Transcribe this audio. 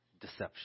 Deception